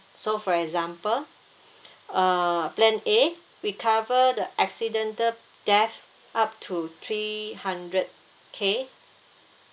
so for example uh plan A we cover the accidental death up to three hundred K